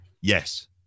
Yes